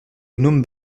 gnome